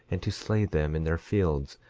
and to slay them in their fields,